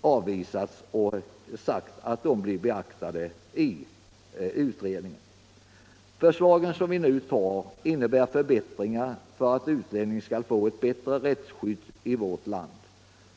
avstyrkas med hänvisning till att de blir beaktade av utredningen. De nu föreliggande förslagen innebär förbättringar för att utlänning skall få ett bättre rättsskydd i vårt land.